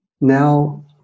now